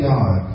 God